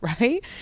right